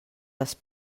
les